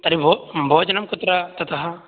तर्हि भो भोजनं कुत्र ततः